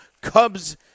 Cubs